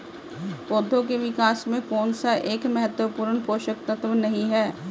पौधों के विकास में कौन सा एक महत्वपूर्ण पोषक तत्व नहीं है?